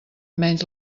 menys